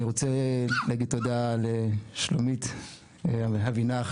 אני רוצה להגיד תודה לשלומית אבינח,